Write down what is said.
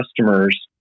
customers